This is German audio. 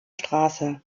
straße